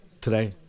today